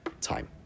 time